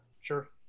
sure